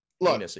Look